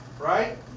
right